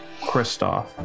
Kristoff